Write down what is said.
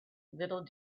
little